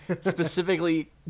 specifically